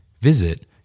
Visit